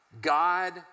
God